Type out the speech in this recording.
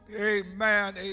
Amen